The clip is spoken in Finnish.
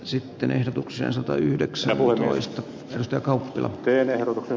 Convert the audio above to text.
sitten ehdotuksen satayhdeksän murroista risto kauppila teen ehdotuksen